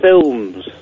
films